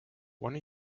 one